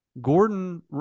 Gordon